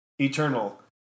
eternal